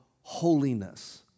holiness